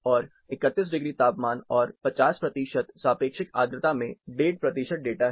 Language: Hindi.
और 31 डिग्री तापमान और 50 प्रतिशत सापेक्षिक आद्रता में 15 प्रतिशत डाटा है